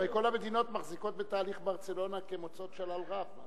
הרי כל המדינות מחזיקות בתהליך ברצלונה כמוצאות שלל רב.